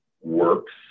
works